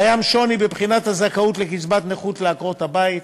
קיים שוני בבחינת הזכאות לקצבת נכות לעקרות-הבית,